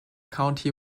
county